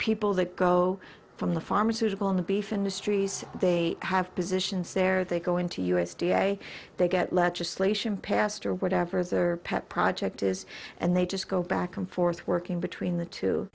people that go from the pharmaceutical in the beef industries they have positions there they go into u s d a they get legislation passed or whatever their pet project is and they just go back and forth working between the t